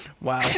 Wow